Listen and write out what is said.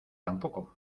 tampoco